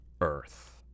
earth